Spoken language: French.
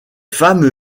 femmes